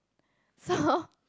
so